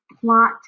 plot